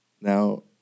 now